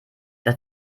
das